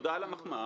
תודה על המחמאה.